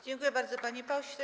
Dziękuję bardzo, panie pośle.